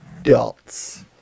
Adults